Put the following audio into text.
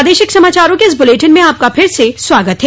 प्रादेशिक समाचारों के इस बुलेटिन में आपका फिर से स्वागत है